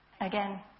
again